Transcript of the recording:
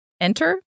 Enter